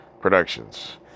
Productions